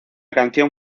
canción